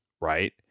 right